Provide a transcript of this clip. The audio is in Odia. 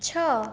ଛଅ